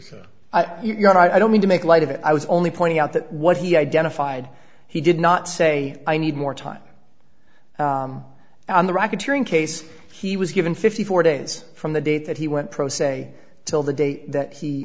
know i don't mean to make light of it i was only pointing out that what he identified he did not say i need more time on the racketeering case he was given fifty four days from the date that he went pro se till the day that he